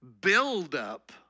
buildup